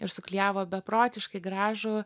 ir suklijavo beprotiškai gražų